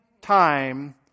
time